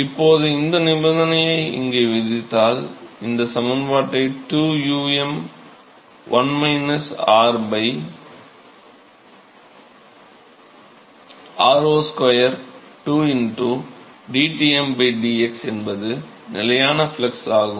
இப்போது அந்த நிபந்தனையை இங்கே விதித்தால் இந்த சமன்பாட்டை 2um 1 r r0 2 dTm dx என்பது நிலையான ஃப்ளக்ஸ் ஆகும்